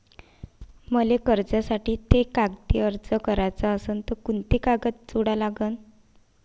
मले कर्जासाठी थे कागदी अर्ज कराचा असन तर कुंते कागद जोडा लागन?